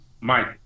Mike